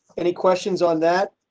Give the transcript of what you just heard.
any questions on that.